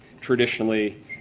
traditionally